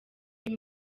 rw’i